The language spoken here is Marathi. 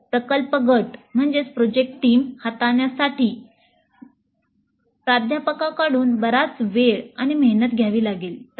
तर प्रकल्प गट हाताळण्यासाठी जे मोठ्या संख्येने असतील प्राध्यापकांकडून बराच वेळ आणि मेहनत घ्यावी लागेल